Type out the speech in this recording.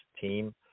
team